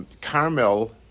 Carmel